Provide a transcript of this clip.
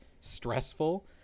stressful